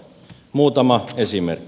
muutama esimerkki